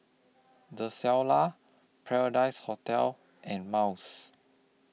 The Shilla Paradise Hotel and Miles